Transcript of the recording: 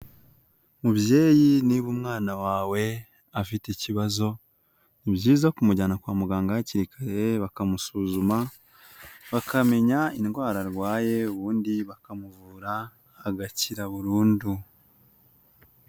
Mubyeyi niba umwana wawe afite ikibazo, ni byiza kumujyana kwa muganga hakiri kare bakamusuzuma bakamenya indwara arwaye ubundi bakamuvura agakira burundu.